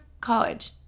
college